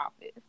office